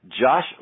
Josh